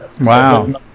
Wow